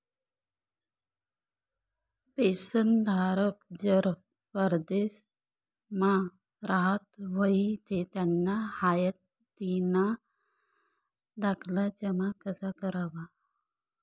पेंशनधारक जर परदेसमा राहत व्हयी ते त्याना हायातीना दाखला जमा कशा करवा?